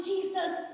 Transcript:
Jesus